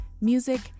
music